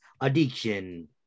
addiction